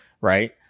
right